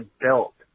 built